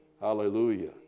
Hallelujah